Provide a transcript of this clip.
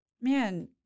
man